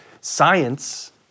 Science